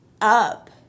up